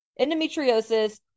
endometriosis